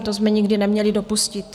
To jsme nikdy neměli dopustit.